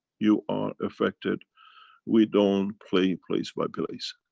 you are affected we don't play place by place.